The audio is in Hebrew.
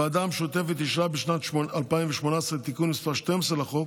הוועדה המשותפת אישרה בשנת 2018 את תיקון מס' 12 לחוק,